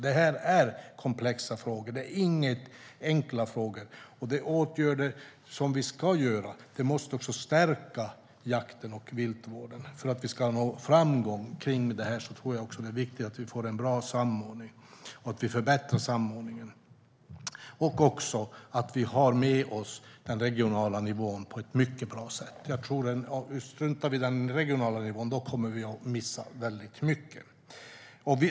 Detta är komplexa frågor, inte enkla. De åtgärder vi ska vidta måste stärka jakten och viltvården. För att vi ska nå framgång här tror jag att det är viktigt att vi får en bra samordning - att vi förbättrar den - och att vi har med oss den regionala nivån på ett mycket bra sätt. Om vi struntar i den regionala nivån kommer vi att missa väldigt mycket.